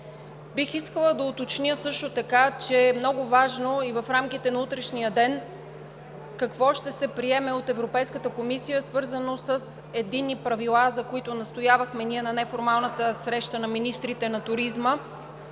Бих искала да уточня също така, че е много важно и в рамките на утрешния ден какво ще се приеме от Европейската комисия, свързано с единни правила, за които настоявахме ние на неформалната Среща на министрите на туризма